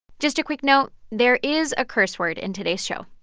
just a quick note there is a curse word in today's show